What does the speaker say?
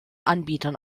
anbietern